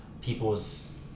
people's